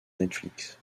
netflix